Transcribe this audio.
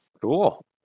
Cool